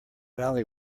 valley